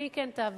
והיא כן תעבור.